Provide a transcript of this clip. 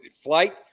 Flight